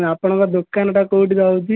ଆପଣଙ୍କ ଦୋକାନଟା କୋଉଠି ରହୁଛି